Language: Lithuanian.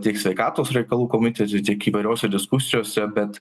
tiek sveikatos reikalų komitete tiek įvairiose diskusijose bet